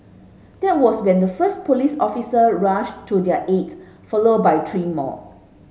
that was when the first police officer rushed to their aid followed by three more